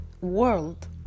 world